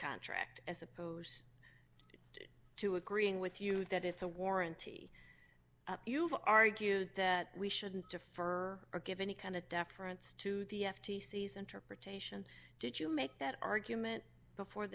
contract as opposed to agreeing with you that it's a warranty you've argued that we shouldn't defer or give any kind of deference to the f t c center protection did you make that argument before